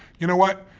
you know what?